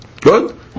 Good